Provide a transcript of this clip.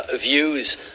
views